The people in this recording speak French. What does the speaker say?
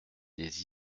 des